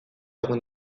egun